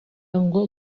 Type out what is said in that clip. ngo